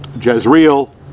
Jezreel